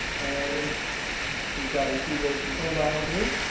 and you've got a feed rate control dial here,